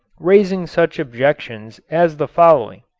raising such objections as the following